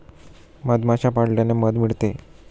मधमाश्या पाळल्याने मध मिळते